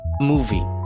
movie